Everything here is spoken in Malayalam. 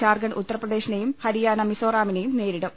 ജാർഖണ്ഡ് ഉത്തർപ്രദേശി നെയും ഹരിയാന മിസോറാമിനെയും നേരിടും